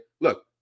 look